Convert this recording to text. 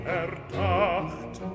erdacht